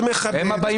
הם הבאים בתור.